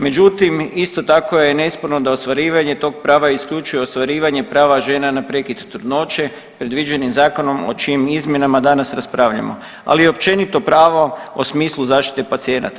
Međutim, isto tako je nesporno da ostvarivanje tog prava isključuje ostvarivanje pravo žena na prekid trudnoće, predviđenim zakonom o čijim izmjenama danas raspravljamo, ali i općenito pravo o smislu zaštite pacijenata.